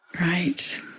Right